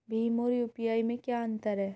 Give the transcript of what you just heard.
भीम और यू.पी.आई में क्या अंतर है?